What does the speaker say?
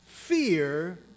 Fear